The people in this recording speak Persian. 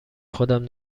خودم